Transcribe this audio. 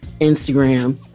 Instagram